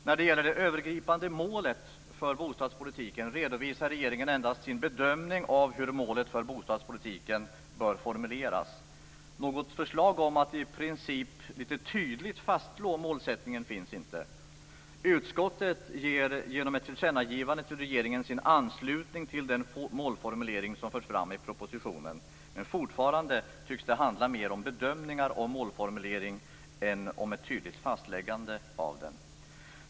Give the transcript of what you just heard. När det gäller det övergripande målet för bostadspolitiken redovisar regeringen endast sin bedömning av hur målet för bostadspolitiken bör formuleras. Något förslag om att i princip tydligt fastslå målsättningen finns inte. Utskottet ger genom ett tillkännagivande till regeringen sin anslutning till den målformulering som förs fram i propositionen. Men fortfarande tycks det handla mer om bedömningar om målformuleringen än ett tydligt fastläggande av den.